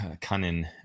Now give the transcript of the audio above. Cunning